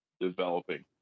developing